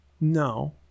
No